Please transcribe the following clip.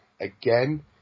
again